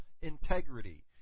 integrity